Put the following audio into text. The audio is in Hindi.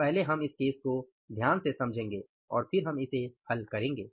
पहले हम इस केस को ध्यान से समझेंगे और फिर हम इसे हल करेंगे